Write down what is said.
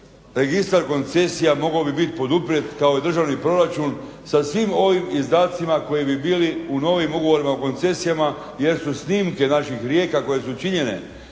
registar koncesija bi mogao biti poduprijet kao i državni proračun sa svim ovim izdacima koji bi bili u novim ugovorima o koncesijama jer su snimke naših rijeka koje su činjene